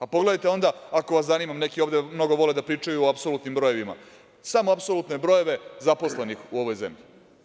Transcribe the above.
A pogledajte onda, ako vas zanima, neki ovde mnogo vole da pričaju o apsolutnim brojevima, samo apsolutne brojeve zaposlenih u ovoj zemlji.